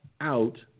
out